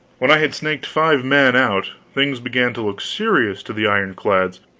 when i had snaked five men out, things began to look serious to the ironclads,